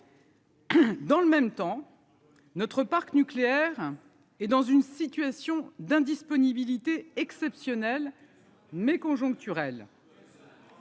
Dans le même temps, notre parc nucléaire et dans une situation d'indisponibilité exceptionnelle mais conjoncturel.